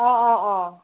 অঁ অঁ অঁ